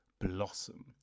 blossom